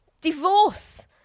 divorce